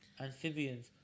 Amphibians